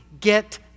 Get